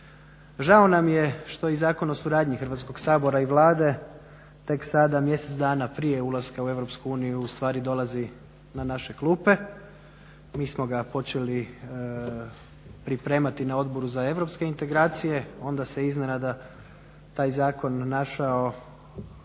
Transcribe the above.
Žao nam je što Zakon o suradnji Hrvatskog sabora i Vlade tek sada mjesec dana prije ulaska u EU ustvari dolazi na naše klupe. Mi smo ga počeli pripremati na Odboru za europske integracije, onda se iznenada taj zakon našao